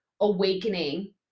awakening